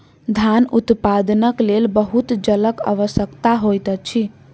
धान उत्पादनक लेल बहुत जलक आवश्यकता होइत अछि